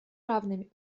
равными